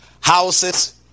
houses